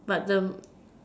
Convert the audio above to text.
but the